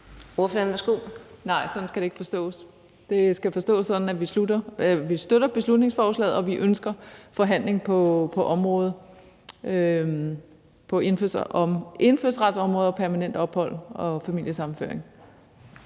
Jerkel (KF): Nej, sådan skal det ikke forstås. Det skal forstås sådan, at vi støtter beslutningsforslaget og vi ønsker forhandling på området – på indfødsretsområdet og om permanent ophold og familiesammenføring.